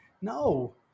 no